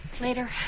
Later